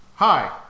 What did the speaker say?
Hi